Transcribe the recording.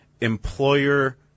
employer